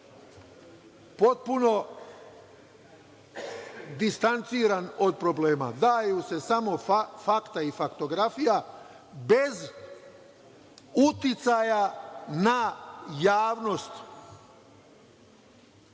potpuno distanciran od problema. Daju se samo fakta i faktografija bez uticaja na javnost,